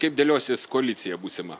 kaip dėliosis koalicija būsima